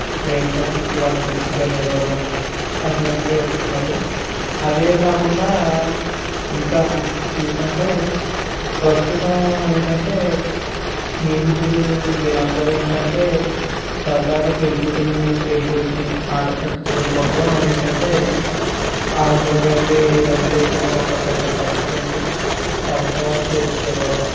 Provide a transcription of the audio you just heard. frame కట్టించి వాళ్ళు గుర్తుగా ఇవ్వడం అటువంటిది ఇస్తున్నారు అదే కాకుండా ఇంకా చూసుకుంటే ప్రస్తుతం ఏంటంటే స్నేహితులు వీళ్ళందరూ ఏంటంటే సాదాగా పెళ్ళికూతురుని పెళ్ళికొడుకుని ఆట పట్టించడం కోసం ఏంటంటే అందరూ కలిపి డబ్బులు వేసుకొని ఒక పెద్ద టబ్ కొని టబ్ వాళ్ళ చేతికి ఇవ్వడం